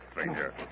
stranger